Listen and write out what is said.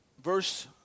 Verse